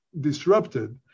disrupted